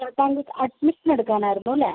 admission എടുക്കാൻ ആയിരുന്നു അല്ലേ